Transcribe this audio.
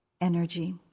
energy